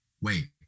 wait